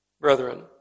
Brethren